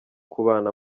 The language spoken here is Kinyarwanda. kubana